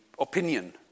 opinion